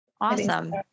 Awesome